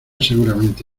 seguramente